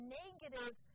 negative